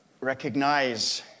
recognize